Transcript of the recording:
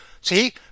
See